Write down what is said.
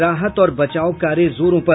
राहत और बचाव कार्य जोरों पर